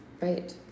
Right